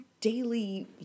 daily